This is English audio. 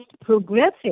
progressive